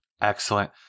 Excellent